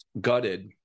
gutted